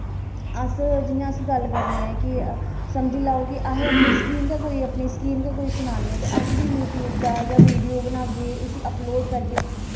अस जि'यां अस गल्ल करने आं कि जि'यां समझी लैओ कि अपनी स्कीम गै अपनी स्कीम गै सनानी ऐ ते अस बा यूटयूब दा वीडियो बनागे उस्सी अपलोड़ करगे